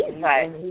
right